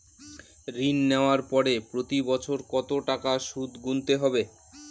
ঋণ নেওয়ার পরে প্রতি বছর কত টাকা সুদ গুনতে হবে?